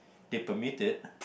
they permit it